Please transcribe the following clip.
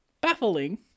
Baffling